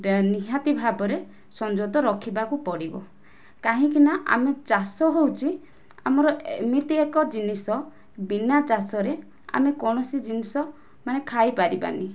ନିହାତି ଭାବରେ ସଞ୍ଜତ ରଖିବାକୁ ପଡ଼ିବ କାହିଁକି ନା ଆମେ ଚାଷ ହେଉଛି ଆମର ଏମିତି ଏକ ଜିନିଷ ବିନା ଚାଷରେ ଆମେ କୌଣସି ଜିନିଷ ମାନେ ଖାଇପାରିବାନି